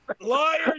Liars